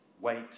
Wait